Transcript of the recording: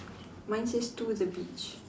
mine says two is the beach